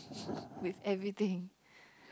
with everything